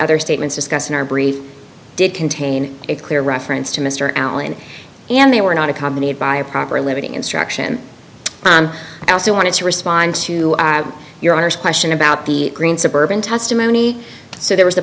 other statements discussed in our brief did contain a clear reference to mr allen and they were not accompanied by a proper living instruction i also wanted to respond to your honor's question about the green suburban testimony so there was